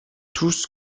tous